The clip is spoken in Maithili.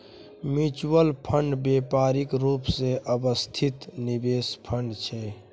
म्युच्युल फंड व्यावसायिक रूप सँ व्यवस्थित निवेश फंड छै